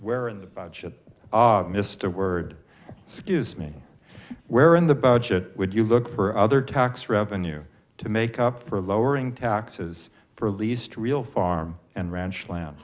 where in the budget mr word scuse me where in the budget would you look for other tax revenue to make up for lowering taxes for least real farm and ranch land